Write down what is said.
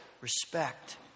respect